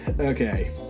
okay